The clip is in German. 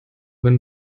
wenn